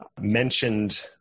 mentioned